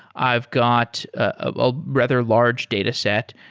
i've got a rather large dataset.